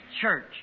church